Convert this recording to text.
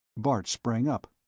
bart sprang up.